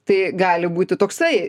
tai gali būti toksai